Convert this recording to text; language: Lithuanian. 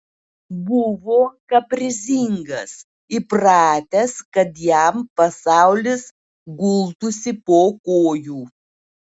buvo kaprizingas įpratęs kad jam pasaulis gultųsi po kojų